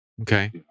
Okay